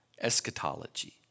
eschatology